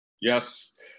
yes